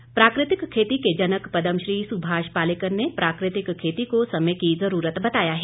पालेकर प्राकृतिक खेती के जनक पदमश्री सुभाष पालेकर ने प्राकृतिक खेती को समय की जरूरत बताया है